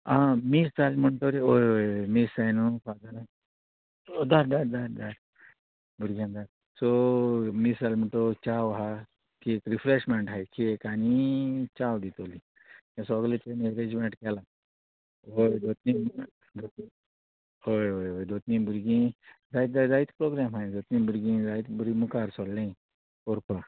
आं मिस जालें म्हणटकीर हय हय मीस जाय न्हू धा धा धा धाड भुरग्यांक धाड सो मिस जालें म्हणटगी चाव हा केक रिफ्रेशमेंट हाय केक आनी चाव दितोली सोगलें तें एग्रेजमेंट केलां हय दोत्नी हय हय हय दोत्नी भुरगीं जायत जाय जायत प्रोग्राम आहाय दोत्नी भुरगीं जायत बरीं मुखार सोल्लीं व्हरपा